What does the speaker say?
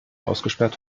ausgesperrt